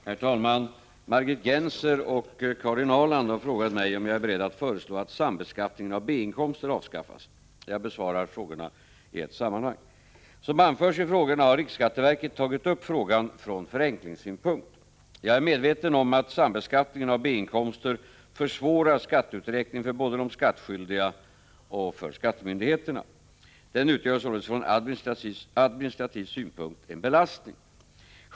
Herr talman! Margit Gennser och Karin Ahrland har frågat mig om jag är beredd att föreslå att sambeskattningen av B-inkomster avskaffas. Jag besvarar frågorna i ett sammanhang. Som anförs i frågorna har riksskatteverket tagit upp frågan från förenklingssynpunkt. Jag är medveten om att sambeskattningen av B-inkomster försvårar skatteuträkningen för både de skattskyldiga och skattemyndigheterna. Den utgör således från administrativ synpunkt en belastning.